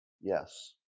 yes